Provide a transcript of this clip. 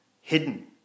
hidden